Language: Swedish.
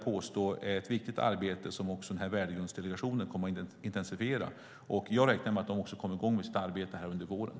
Det är ett viktigt arbete som Värdegrundsdelegationen kommer att intensifiera, och jag räknar med att man kommer i gång med sitt arbete under våren.